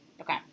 Okay